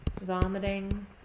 vomiting